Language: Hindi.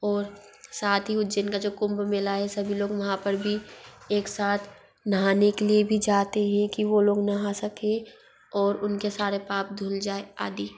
और सात ही उज्जैन का जो कुंभ मेला है सभी लोग वहाँ पर भी एक साथ नहाने के लिए भी जाते हें कि वो लोग नहा सकें और उनके सारे पाप धुल जाए आदि